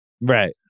Right